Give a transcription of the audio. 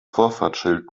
vorfahrtsschild